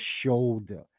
shoulder